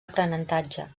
aprenentatge